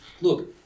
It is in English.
look